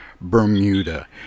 Bermuda